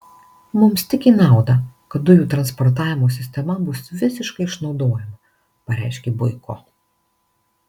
mums tik į naudą kad dujų transportavimo sistema bus visiškai išnaudojama pareiškė boiko